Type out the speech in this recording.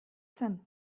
zen